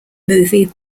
movie